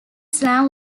slam